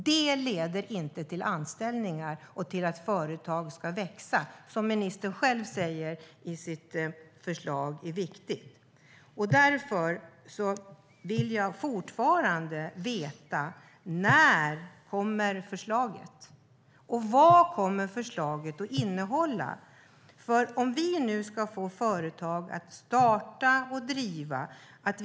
Det leder inte till anställningar och till att företag växer, vilket ministern själv i sitt förslag säger är viktigt. Därför vill jag fortfarande veta när förslaget kommer och vad det kommer att innehålla. Vi måste se till att det startas och drivs företag.